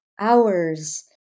hours